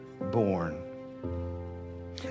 born